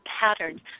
patterns